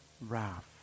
wrath